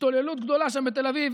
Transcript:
ההשתוללות הגדולה שם בתל אביב,